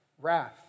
wrath